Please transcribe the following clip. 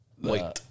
Wait